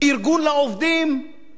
אני לא רוצה לקחת השוואות,